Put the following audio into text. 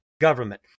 government